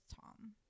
Tom